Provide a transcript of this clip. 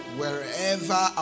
wherever